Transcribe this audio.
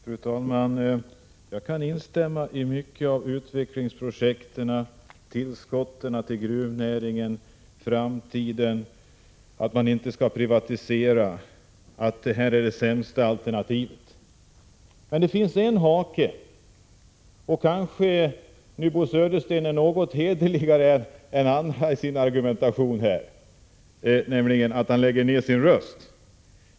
Fru talman! Jag kan instämma i mycket om utvecklingsprojekten, tillskotten till gruvnäringen, framtiden och att man inte skall privatisera utan att det är det sämsta alternativet. Men det finns en hake. Kanske Bo Södersten är något hederligare än andra i sin argumentation, eftersom han nu kommer att lägga ned sin röst.